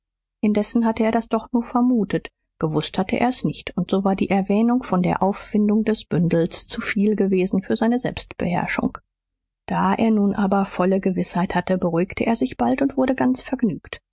indessen hatte er das doch nur vermutet gewußt hatte er es nicht und so war die erwähnung von der auffindung des bündels zuviel gewesen für seine selbstbeherrschung da er nun aber volle gewißheit hatte beruhigte er sich bald und wurde ganz vergnügt